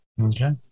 Okay